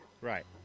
Right